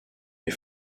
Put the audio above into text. les